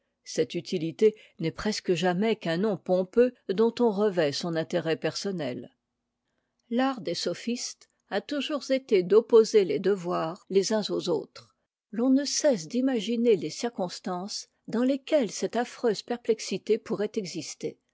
cette utilité n'est presque jamais qu'un nom pompeux dont on revêt son intérêt personnel l'art des sophistes a toujours été d'opposer les devoirs les uns aux autres l'on ne cesse d'imaginer des circonstances dans lesquelles cette affreuse perplexité pourrait exister